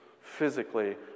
physically